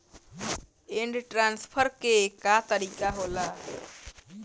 Fund transfer के का तरीका होला?